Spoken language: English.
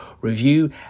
review